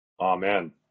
amen